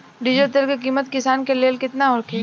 Diesel तेल के किमत किसान के लेल केतना होखे?